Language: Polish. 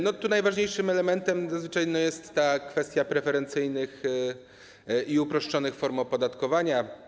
Najważniejszym elementem zazwyczaj jest kwestia preferencyjnych i uproszczonych form opodatkowania.